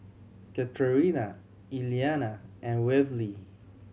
Katerina Elliana and Waverly